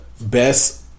best